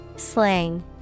Slang